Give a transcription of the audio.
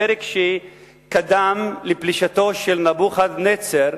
הפרק שקדם לפלישתו של נבוכדנצר,